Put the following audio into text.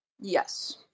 Yes